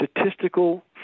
Statistical